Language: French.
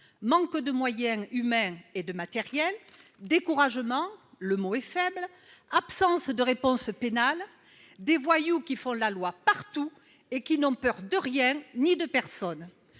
manque de moyens humains et de matériel, découragement- le mot est faible -, absence de réponse pénale, voyous qui font la loi partout et qui n'ont peur de rien ni de personne.